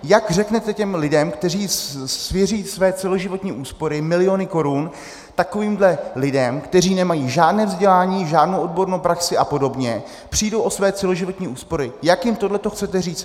Jak řeknete těm lidem, kteří svěří své celoživotní úspory, miliony korun, takovýmhle lidem, kteří nemají žádné vzdělání, žádnou odbornou praxi a podobně, přijdou o své celoživotní úspory, jak jim tohleto chcete říct?